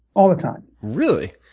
all the time. really?